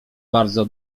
bardzo